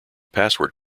password